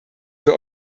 wir